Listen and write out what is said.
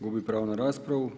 Gubi pravo na raspravu.